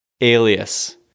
Alias